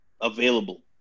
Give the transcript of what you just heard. available